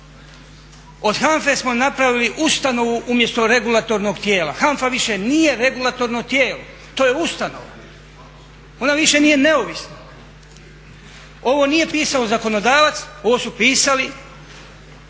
Od HANFA-e smo napravili ustanovu umjesto regulatornog tijela. HANFA više nije regulatorno tijelo, to je ustanova. Ona više nije neovisna. Ovo nije pisao zakonodavac, ovo su pisali